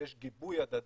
יש גיבוי הדדי,